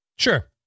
Sure